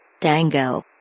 Dango